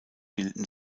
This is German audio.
bilden